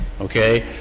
okay